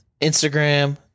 Instagram